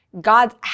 God's